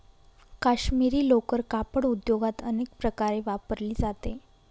काश्मिरी लोकर कापड उद्योगात अनेक प्रकारे वापरली जाते